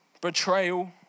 betrayal